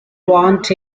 want